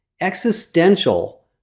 existential